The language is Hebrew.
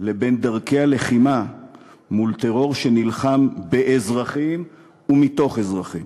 לבין דרכי הלחימה מול טרור שנלחם באזרחים ומתוך אזרחים.